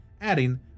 adding